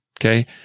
okay